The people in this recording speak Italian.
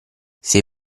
sei